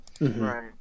Right